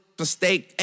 mistake